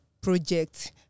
project